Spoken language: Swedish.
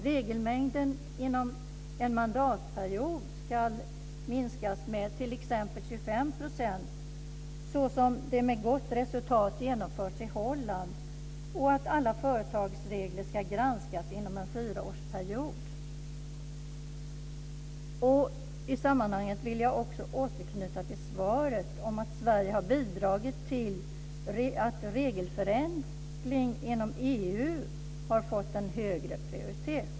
Regelmängden inom en mandatperiod ska minskas med t.ex. 25 % såsom det med gott resultat genomförts i Holland, och alla företagsregler ska granskas inom en fyraårsperiod. I sammanhanget vill jag också återknyta till svaret om att Sverige har bidragit till att regelförenkling inom EU har fått en högre prioritet.